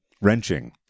wrenching